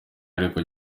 ariko